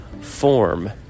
form